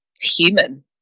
human